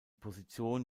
position